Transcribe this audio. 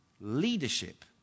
leadership